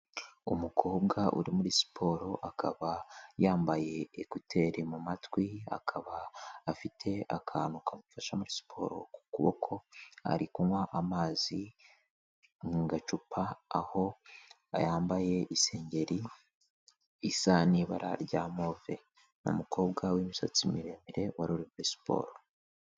Umukobwa uri muri siporo akaba yambaye ekuteri mu matwi, akaba afite akantu kamufasha muri siporo ku kuboko ari kunywa amazi, mu gacupa aho yambaye isengeri isa n'ibara rya move. Ni umukobwa w'imisatsi miremire wari uri muri siporo.